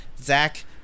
Zach